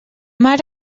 mar